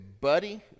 buddy